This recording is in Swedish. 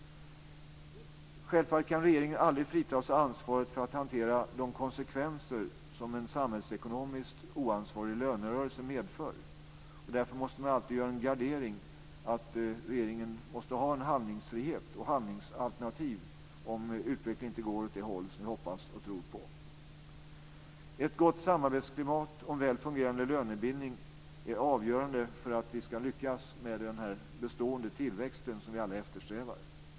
Självfallet kan regeringen aldrig frita sig från ansvaret för att hantera de konsekvenser som en samhällsekonomiskt oansvarig lönerörelse medför, och därför måste man alltid göra en gardering att regeringen måste ha en handlingsfrihet och handlingsalternativ, om utvecklingen inte går åt det håll som vi hoppas och tror på. Ett gott samarbetsklimat och en väl fungerande lönebildning är avgörande för att vi ska lyckas med den bestående tillväxt som vi alla eftersträvar.